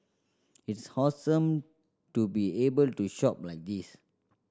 it's awesome to be able to shop like this